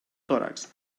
tòrax